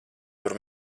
tur